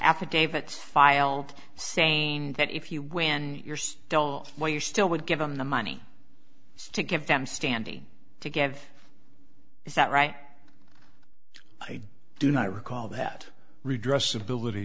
affidavit filed saying that if you win you're still while you're still would give them the money it's to give them standing to give is that right i do not recall that redress ability